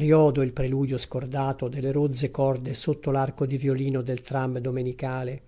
il preludio scordato delle rozze corde sotto l'arco di violino del tram domenicale